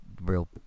real